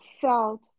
felt